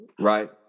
right